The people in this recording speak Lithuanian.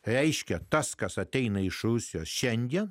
reiškia tas kas ateina iš rusijos šiandien